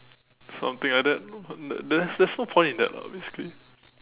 something like that but there there's there's no point in that lah basically